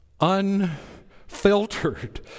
unfiltered